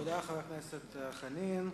תודה, חבר הכנסת חנין.